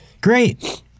Great